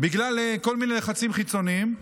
בגלל כל מיני לחצים חיצוניים,